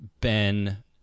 Ben